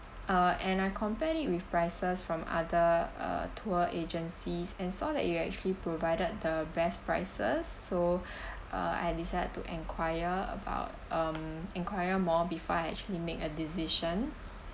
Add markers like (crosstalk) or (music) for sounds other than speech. uh and I compared it with prices from other uh tour agencies and saw that you actually provided the best prices so (breath) uh I decide to enquire about um enquire more before I actually make a decision